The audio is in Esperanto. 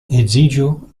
edziĝu